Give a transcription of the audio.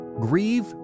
Grieve